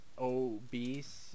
obese